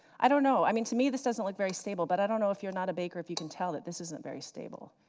i don't know. i mean to me, this doesn't look like very stable, but i don't know if you're not a baker if you can tell that this isn't very stable.